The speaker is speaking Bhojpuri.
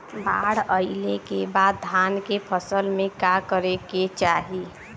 बाढ़ आइले के बाद धान के फसल में का करे के चाही?